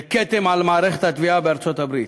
זה כתם על מערכת התביעה בארצות-הברית.